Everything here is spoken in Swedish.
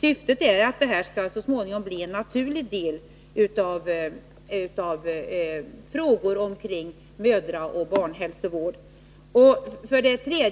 Syftet är att denna verksamhet så småningom skall ingå som en naturlig del i utbildningen beträffande mödraoch barnhälsovård. Vidare